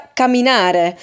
camminare